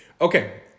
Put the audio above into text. Okay